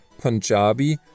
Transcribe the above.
Punjabi